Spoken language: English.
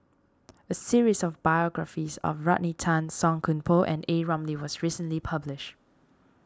a series of biographies about Rodney Tan Song Koon Poh and A Ramli was recently published